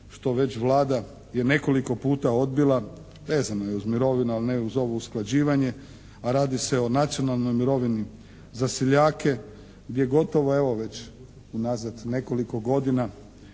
što već Vlada je nekoliko puta odbila, vezano je uz mirovinu a ne uz ovo usklađivanje a radi se o nacionalnoj mirovini za seljake, gdje gotovo evo već unazad nekoliko godina